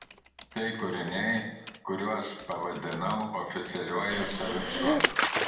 tai kūriniai kuriuos pavadinau oficialiuoju savicku